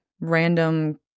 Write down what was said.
random